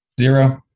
zero